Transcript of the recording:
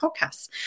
podcasts